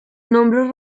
nombre